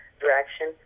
direction